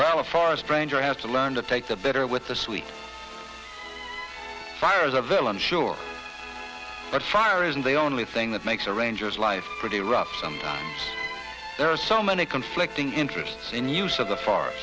well a forest ranger has to learn to take the bitter with the sweet fire is a villain sure but fire isn't the only thing that makes the rangers life pretty rough sometimes there are so many conflicting interests in use of the far